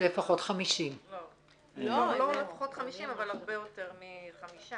לפחות 50. לא לפחות 50, אבל הרבה יותר מחמישה.